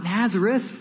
Nazareth